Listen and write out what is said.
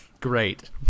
great